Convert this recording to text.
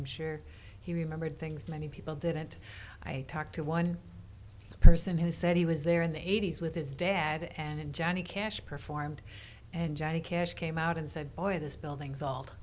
i'm sure he remembered things many people didn't i talked to one person who said he was there in the eighty's with his dad and johnny cash performed and johnny cash came out and said boy this building's salt